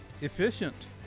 Efficient